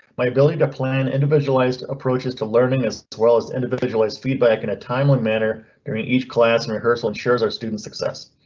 my ability to plan individualized approaches to learning as well as individualized feedback in a timely manner during each class and rehearsal and shares our student success.